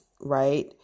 right